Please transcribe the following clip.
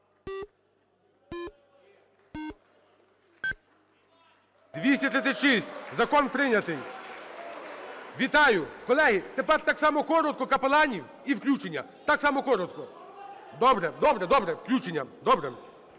За-236 Закон прийнятий. Вітаю! Колеги, тепер так само коротко капеланів і включення. Так само коротко. Добре, добре, включення. Добре.